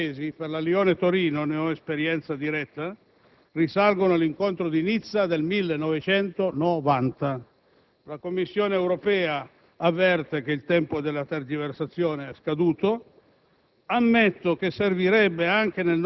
i primi accordi italo-francesi per la Lione-Torino - ne ho esperienza diretta - risalgono all'incontro di Nizza del 1990. La Commissione europea avverte che il tempo della tergiversazione è scaduto.